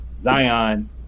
Zion